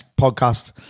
podcast